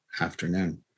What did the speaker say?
afternoon